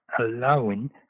allowing